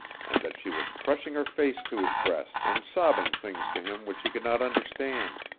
and that she was crushing her face to his breast and sobbing things to him which he could not understand.